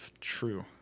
True